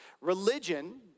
religion